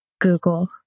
Google